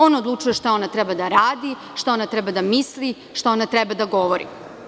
On odlučuje šta ona treba da radi, šta ona treba da misli, šta ona treba da govori.